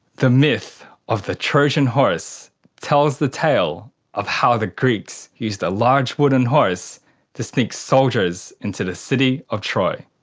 the myth of the trojan horse tells the tale of how the greeks used a large wooden horse to sneak soldiers into the city of troy.